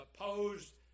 opposed